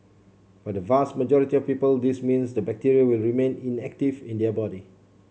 for the vast majority of people this means the bacteria will remain inactive in their body